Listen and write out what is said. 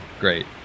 Great